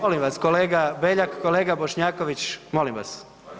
Molim vas, kolega Beljak, kolega Bošnjaković, molim vas.